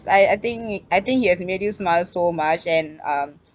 I I think I think he has made you smile so much and um